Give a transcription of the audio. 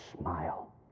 smile